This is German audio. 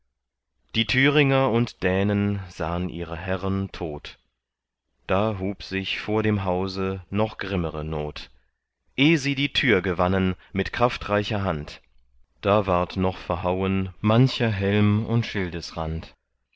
die thüringer und dänen sahn ihre herren tot da hub sich vor dem hause noch grimmere not eh sie die tür gewannen mit kraftreicher hand da ward noch verhauen mancher held und